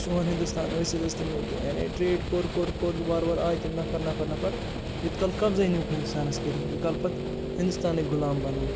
سون ہِندُستان ٲسِتھ ٲس تِم تہِ یعنی ٹرٛیڈ کوٚر کوٚر کوٚر وارٕ وارٕ آے تِم نفر نفر نفر نفر یُتھ کال قبضے نیوٗکھ ہِندُستانَس کٔرِتھ یُتھ کال پَتہٕ ہِندُستانٕے غُلام بَنووُکھ